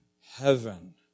heaven